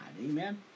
amen